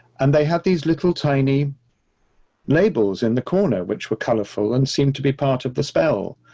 and they had these little tiny labels in the corner, which were colorful and seemed to be part of the spell.